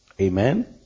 Amen